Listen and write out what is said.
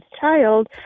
child